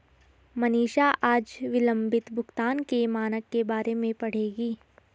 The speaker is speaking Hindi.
मनीषा आज विलंबित भुगतान के मानक के बारे में पढ़ेगी